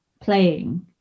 playing